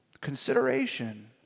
Consideration